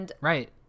Right